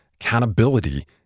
accountability